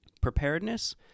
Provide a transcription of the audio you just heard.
Preparedness